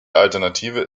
alternative